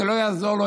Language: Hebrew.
זה לא יעזור לו.